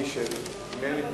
ובהשקעות הון בעמידה בחוקי העבודה (תיקוני חקיקה),